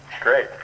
Great